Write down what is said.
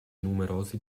numerosi